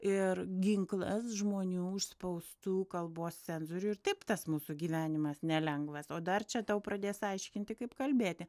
ir ginklas žmonių užspaustų kalbos cenzorių ir taip tas mūsų gyvenimas nelengvas o dar čia tau pradės aiškinti kaip kalbėti